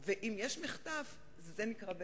יש פה שלוש נקודות חשובות שאני רוצה להצביע עליהן.